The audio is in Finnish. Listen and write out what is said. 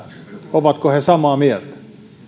ovatko he samaa mieltä